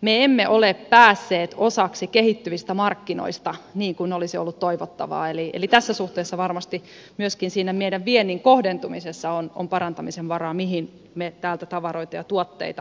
me emme ole päässeet osallisiksi kehittyvistä markkinoista niin kuin olisi ollut toivottavaa eli tässä suhteessa varmasti myöskin siinä meidän viennin kohdentumisessa on parantamisen varaa mihin me täältä tavaroita ja tuotteita viemme